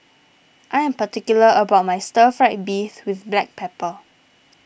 I am particular about my Stir Fried Beef with Black Pepper